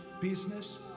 business